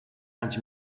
anys